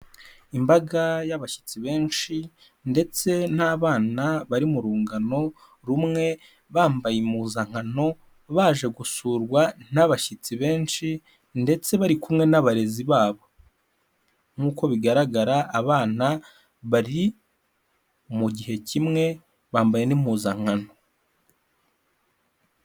Imbaga y'abashyitsi benshi ndetse n'abana bari mu rungano rumwe bambaye impuzankano baje gusurwa n'abashyitsi benshi ndetse bari kumwe n'abarezi babo nk'uko bigaragara abana bari mu gihe kimwe bambaye n'impuzankano.